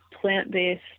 plant-based